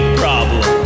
problem